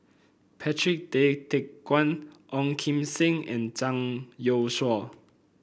Patrick Tay Teck Guan Ong Kim Seng and Zhang Youshuo